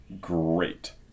great